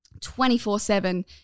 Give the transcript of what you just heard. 24-7